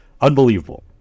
unbelievable